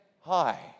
hi